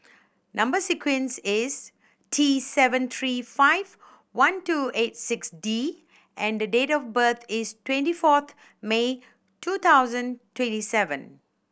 number sequence is T seven three five one two eight six D and the date of birth is twenty fourth May two thousand twenty seven